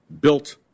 built